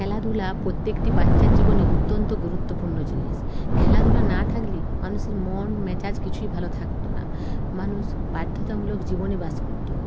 খেলাধূলা প্রত্যেকটি বাচ্চার জীবনে অত্যন্ত গুরুত্বপূর্ণ জিনিস খেলাধূলা না থাকলে মানুষের মন মেজাজ কিছুই ভালো থাকতো না মানুষ বাধ্যতামূলক জীবনে বাস করতো